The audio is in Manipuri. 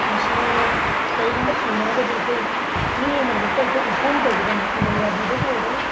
ꯃꯁꯤ ꯀꯔꯤꯒꯨꯝ ꯊꯦꯡꯅꯔꯒꯗꯤ ꯑꯩꯈꯣꯏ ꯃꯤ ꯑꯃꯅ ꯍꯦꯛꯇ ꯑꯩꯈꯣꯏ ꯏꯟꯐꯣꯝ ꯇꯧꯒꯗꯕꯅꯤ ꯑꯪꯒꯜꯋꯥꯗꯤꯗꯕꯨ ꯑꯣꯏꯔꯣ